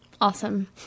Awesome